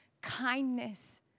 Kindness